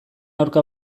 aurka